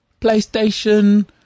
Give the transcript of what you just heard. PlayStation